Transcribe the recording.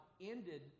ended